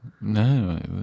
No